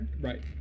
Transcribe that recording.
Right